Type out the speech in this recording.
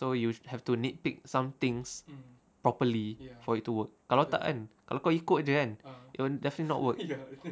so you'd have to nit pick some things properly for it to work kalau tak kan kalau kau ikut jer it will definitely not work